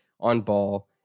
on-ball